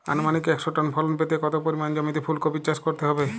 আনুমানিক একশো টন ফলন পেতে কত পরিমাণ জমিতে ফুলকপির চাষ করতে হবে?